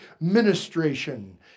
ministration